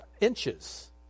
inches